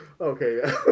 Okay